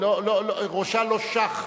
ראשה לא שח.